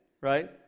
right